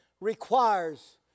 requires